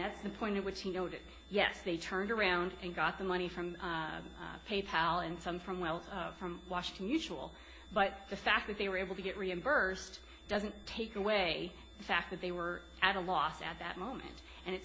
that's the point at which he noted yes they turned around and got the money from pay pal and some from well from washington mutual but the fact that they were able to get reimbursed doesn't take away the fact that they were at a loss at that moment and it